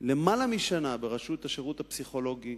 למעלה משנה, בראשות השירות הפסיכולוגי,